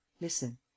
Listen